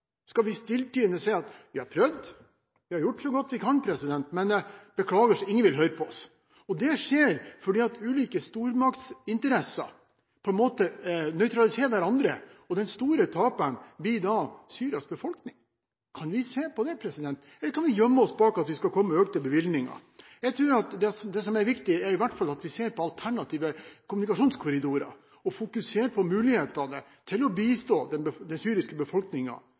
Skal vi stilltiende si at vi har prøvd, vi har gjort så godt vi kan, men beklager – ingen vil høre på oss? Dette skjer fordi ulike stormaktsinteresser på en måte nøytraliserer hverandre, og den store taperen blir da Syrias befolkning. Kan vi se på det? Eller kan vi gjemme oss bak at det skal komme økte bevilgninger? Det som er viktig, er i hvert fall at vi ser på alternative kommunikasjonskorridorer og fokuserer på mulighetene til å bistå den syriske befolkningen på alle mulige måter, for de har fortjent bedre enn den